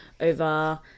over